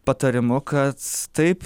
patarimu kad taip